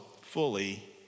fully